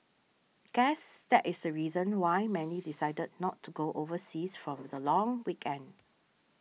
guess that is the reason why many decided not to go overseas for the long weekend